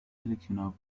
seleccionado